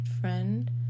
friend